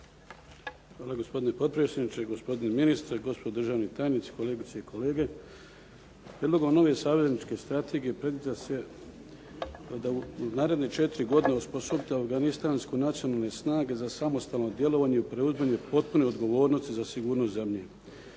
Hvala gospodine potpredsjedniče, gospodine ministre, gospodo državni tajnici, kolegice i kolege. Prijedlogom nove savezničke strategije predviđa se da u naredne 4 godine osposobite afganistanske nacionalne snage za samostalno djelovanje i preuzimanje potpune odgovornosti za sigurnost zemlje.